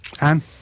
Anne